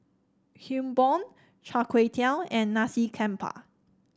Kuih Bom Char Kway Teow and Nasi Campur